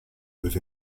with